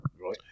right